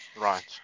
Right